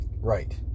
Right